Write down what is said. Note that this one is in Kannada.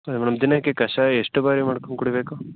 ಹಾಂ ಮೇಡಮ್ ದಿನಕ್ಕೆ ಕಷಾಯ ಎಷ್ಟು ಬಾರಿ ಮಾಡ್ಕೊಂಡು ಕುಡೀಬೇಕು